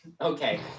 Okay